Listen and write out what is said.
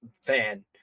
fan